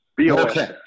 Okay